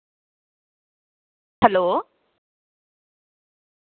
hello